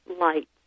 light